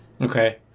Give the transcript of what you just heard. Okay